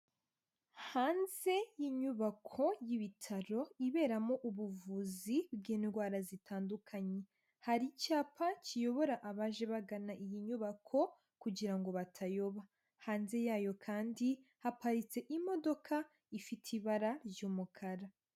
Hanze y'inyubako y'ibitaro iberamo ubuvuzi bw'indwara zitandukanye hari icyapa kiyobora abaje bagana iyi nyubako kugira ngo batayoba, hanze ya yo kandi haparitse imodoka ifite ibara ry'umukara.